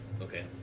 Okay